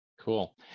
Cool